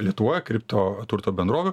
lietuvoje kripto turto bendrovių